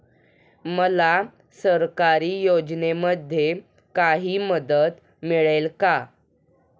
मला सरकारी योजनेमध्ये काही मदत मिळेल का?